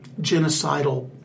genocidal